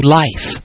life